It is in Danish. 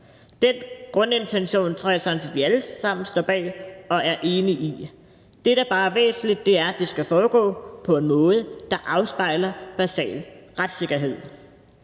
Den grundintention tror jeg sådan set vi alle sammen står bag og er enige i. Det, der bare er væsentligt, er, at det skal foregå på en måde, der afspejler basal retssikkerhed.